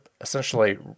essentially